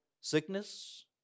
sickness